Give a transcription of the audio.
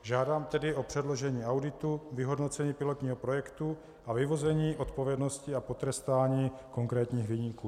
Žádám tedy o předložení auditu, vyhodnocení pilotního projektu a vyvození odpovědnosti a potrestání konkrétních viníků.